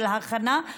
של הכנה,